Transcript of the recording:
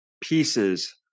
pieces